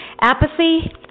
Apathy